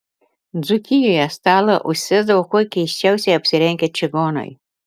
dzūkijoje stalą užsėsdavo kuo keisčiausiai apsirengę čigonai